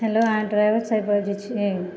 hello अहाँ driver साहिब बजै छी